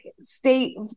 state